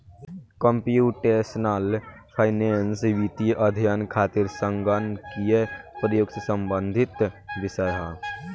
computational finance वित्तीय अध्ययन खातिर संगणकीय प्रयोग से संबंधित विषय ह